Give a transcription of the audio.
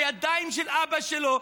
בידיים של אבא שלו,